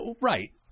Right